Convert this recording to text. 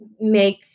make